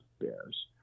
bears